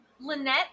Lynette